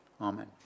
Amen